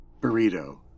Burrito